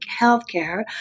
healthcare